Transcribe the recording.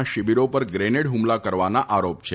ના શિબીરો પર ગ્રેનેડ હુમલા કરવાના આરોપ છે